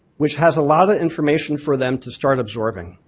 which has a lot of information for them to start absorbing.